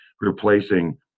replacing